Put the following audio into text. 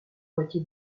moitié